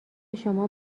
شما